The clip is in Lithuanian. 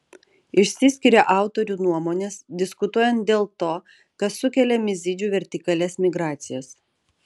išsiskiria autorių nuomonės diskutuojant dėl to kas sukelia mizidžių vertikalias migracijas